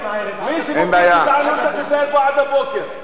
מי שמוביל גזענות, צריך להישאר פה עד הבוקר.